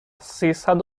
سیصد